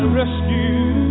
rescue